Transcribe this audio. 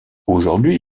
aujourd’hui